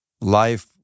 life